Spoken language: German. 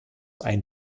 ein